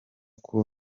kuba